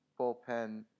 Bullpen